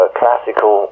classical